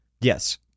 Yes